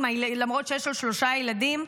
למרות שיש לו שלושה ילדים,